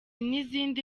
n’izindi